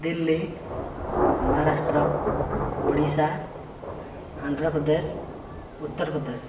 Delhi Maharashtra Odisha Andhra Pradesh Uttar Pradesh